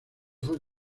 fue